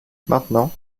maintenant